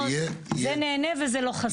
זה ניהנה וזה לא חסר.